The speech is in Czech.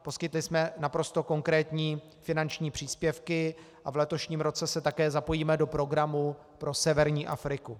Poskytli jsme naprosto konkrétní finanční příspěvky a v letošním roce se také zapojíme do programu pro severní Afriku.